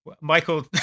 michael